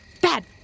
Bad